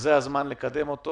שזה הזמן לקדם אותו